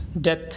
death